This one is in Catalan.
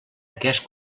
aquest